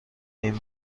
این